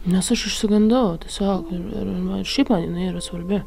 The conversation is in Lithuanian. nes aš išsigandau tiesiog ir ir nu ir šiaip man jinai yra svarbi